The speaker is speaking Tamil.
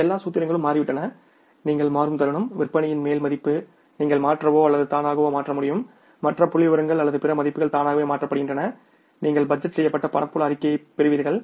எல்லா சூத்திரங்களும் மாறிவிட்டன நீங்கள் மாறும் தருணம் விற்பனையின் மேல் மதிப்பு நீங்கள் மாற்றவோ அல்லது தானாகவோ மாற்ற முடியும் மற்ற புள்ளிவிவரங்கள் அல்லது பிற மதிப்புகள் தானாகவே மாற்றப்படுகின்றன நீங்கள் பட்ஜெட் செய்யப்பட்ட பணப்புழக்க அறிக்கையைப் பெறுவீர்கள்